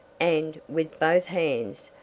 and, with both hands,